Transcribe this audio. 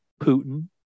Putin